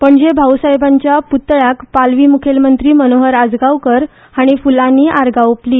पणजे भाऊसाहेबांच्या पुतळ्याक पालवी मुखेलमंत्री मनोहर आजगावकार हाणी फुलानी आर्गा ओपली